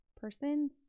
person